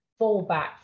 fallback